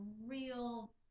real